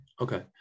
Okay